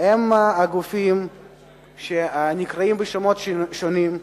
הם גופים שנקראים בשמות שונים,